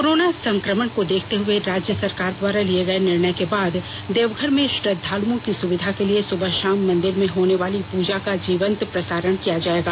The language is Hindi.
कोरोना संक्रमण को देखते हुए राज्य सरकार द्वारा लिये गए निर्णय के बाद देवघर में श्रद्वालुओं की सुविधा के लिए सुबह षाम मंदिर में होने वाली पूजा का जीवंत प्रसारण किया जाएगा